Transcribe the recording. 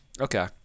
Okay